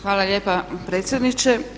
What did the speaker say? Hvala lijepa predsjedniče.